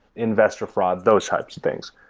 investor fraud, those types of things.